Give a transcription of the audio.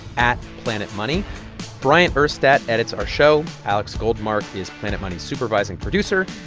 at planetmoney. bryant urstadt edits our show. alex goldmark is planet money's supervising producer.